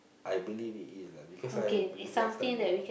I believe it is lah because I believe last time you know